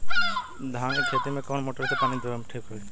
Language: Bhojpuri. धान के खेती मे कवन मोटर से पानी देवे मे ठीक पड़ी?